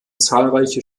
zahlreiche